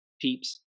peeps